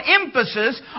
emphasis